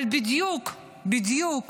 אבל בדיוק בדיוק